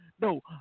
No